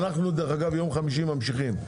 ביום חמישי אנחנו ממשיכים,